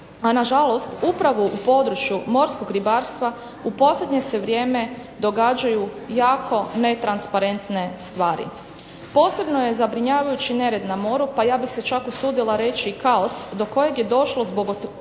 a nažalost upravo u području morskog ribarstva u posljednje se vrijeme događaju jako netransparentne stvari. Posebno je zabrinjavajući nered na moru pa ja bih se čak usudila reći kaos do kojeg je došlo zbog otvaranja